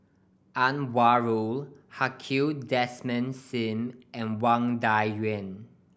Anwarul Haque Desmond Sim and Wang Dayuan